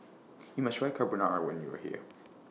YOU must Try Carbonara when YOU Are here